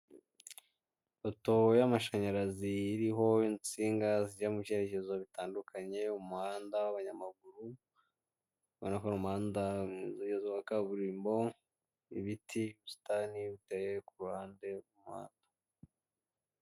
Ipoto y'amashanyarazi iriho insinga zijya mubyerekezo bitandukanye umuhanda w'abanyamaguru ubona ko ari umuhanda umeze neza wa kaburimbo ibiti ubusitani buteye kuruhande rw'umuhanda.